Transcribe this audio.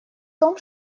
том